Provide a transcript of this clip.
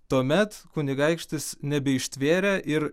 tuomet kunigaikštis nebeištvėrė ir